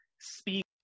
speak